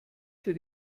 für